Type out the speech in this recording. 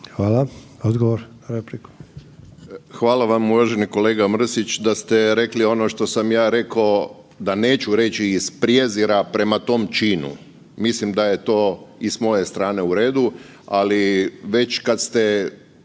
**Hrelja, Silvano (HSU)** Hvala vam. Uvaženi kolega Mrsić da ste rekli ono što sam ja rekao da neću reći iz prijezira prema tom činu. Mislim da je to i s moje strane u redu, ali već kad ste